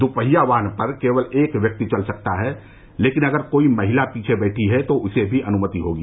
दुपहिया वाहन पर केवल एक व्यक्ति चल सकता है लेकिन अगर कोई महिला पीछे बैठी है तो उसे भी अनुमति होगी